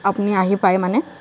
আপুনি আহি পায় মানে